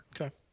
Okay